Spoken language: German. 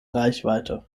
reichweite